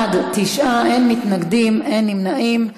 בעד, 9, אין מתנגדים, אין נמנעים.